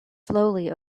slowly